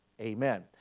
amen